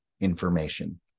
information